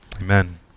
Amen